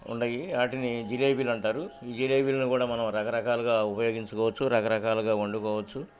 ఉండయి వాటిని జిలేేబీలు అంటారు ఈ జిలేేబీల్లను కూడా మనం రకరకాలుగా ఉపయోగించుకోవచ్చు రకరకాలుగా వండుకోవచ్చు